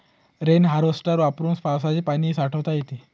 rain harvester वापरून पावसाचे पाणी साठवता येते